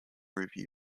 review